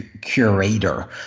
curator